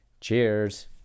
Cheers